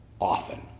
often